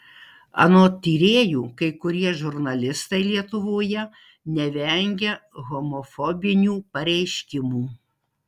anot tyrėjų kai kurie žurnalistai lietuvoje nevengia homofobinių pareiškimų